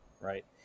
Right